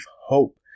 hope